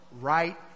Right